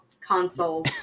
console